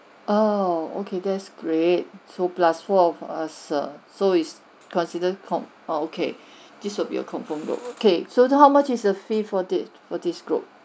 oh okay that's great so plus four of us err so is considered conf~ err okay this will be a confirmed group okay so the how much is a fee for this for this group